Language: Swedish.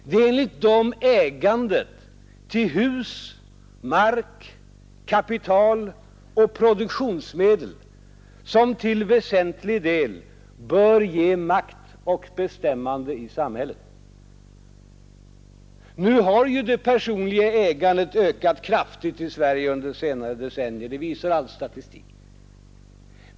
Det är enligt dem ägandet till hus, mark, kapital och produktionsmedel som till väsentlig del bör ge makt och bestämmande i samhället. Det personliga ägandet har ökat kraftigt i Sverige under senare decennier — det visar all statistik.